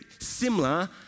similar